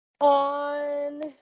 on